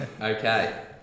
Okay